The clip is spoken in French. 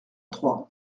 trois